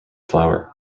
flour